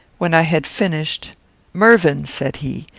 when i had finished mervyn, said he,